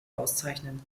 auszeichnen